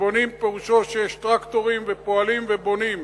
ובונים פירושו שיש טרקטורים ופועלים ובונים.